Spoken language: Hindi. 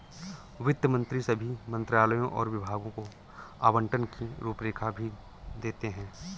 वित्त मंत्री सभी मंत्रालयों और विभागों को आवंटन की रूपरेखा भी देते हैं